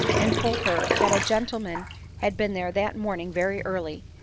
and told her that a gentleman had been there that morning very early,